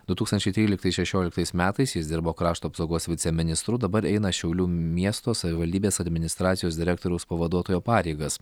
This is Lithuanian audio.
du tūkstančiai tryliktais šešioliktais metais jis dirbo krašto apsaugos viceministru dabar eina šiaulių miesto savivaldybės administracijos direktoriaus pavaduotojo pareigas